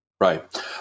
right